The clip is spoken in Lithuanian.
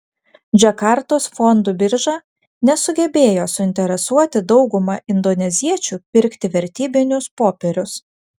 džakartos fondų birža nesugebėjo suinteresuoti daugumą indoneziečių pirkti vertybinius popierius